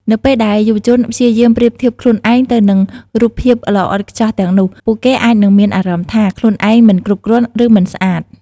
នៅពេលដែលយុវជនព្យាយាមប្រៀបធៀបខ្លួនឯងទៅនឹងរូបភាពល្អឥតខ្ចោះទាំងនោះ ពួកគេអាចនឹងមានអារម្មណ៍ថា ខ្លួនឯងមិនគ្រប់គ្រាន់ ឬ មិនស្អាត។